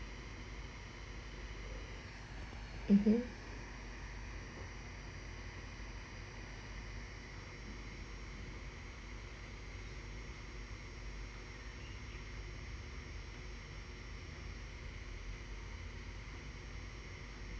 (uh huh)